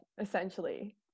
essentially